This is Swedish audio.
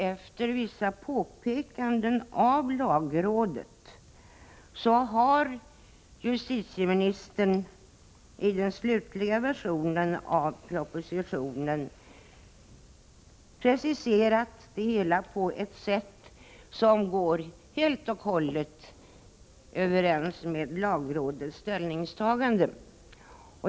Efter vissa påpekanden från lagrådet har justitieministern i den slutliga versionen i propositionen preciserat det hela på ett sätt som överensstämmer med lagrådets ställningstagande.